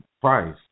price